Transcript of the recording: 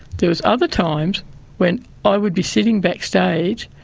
there were other times when i would be sitting backstage,